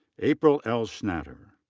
april l. schattner.